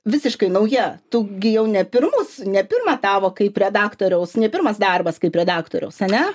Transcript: visiškai nauja tu gi jau ne pirmus ne pirma tavo kaip redaktoriaus ne pirmas darbas kaip redaktoriaus ane